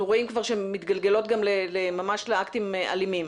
רואים שהן מתגלגלות ממש לאקטים אלימים,